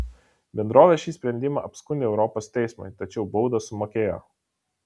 bendrovė šį sprendimą apskundė europos teismui tačiau baudą sumokėjo